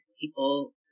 people